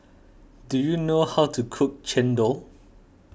do you know how to cook Chendol